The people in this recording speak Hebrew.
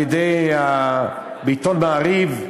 בעיתון "מעריב",